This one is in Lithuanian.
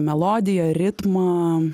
melodiją ritmą